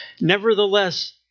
nevertheless